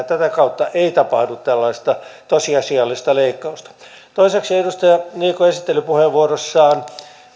tätä kautta ei tapahdu tällaista tosiasiallista leikkausta toiseksi edustaja niikko esittelypuheenvuorossaan